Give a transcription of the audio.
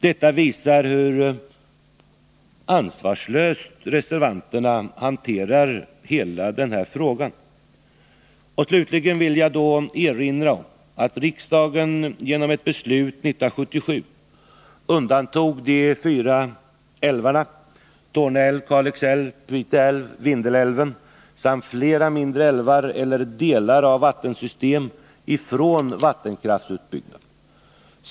Detta visar hur ansvarslöst reservanterna hanterar hela denna fråga. Slutligen vill jag erinra om att riksdagen genom ett beslut 1977 undantog de fyra älvarna Torne älv, Kalix älv, Pite älv och Vindelälven samt flera mindre älvar eller delar av vattensystem från vattenkraftsutbyggnad.